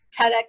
TEDx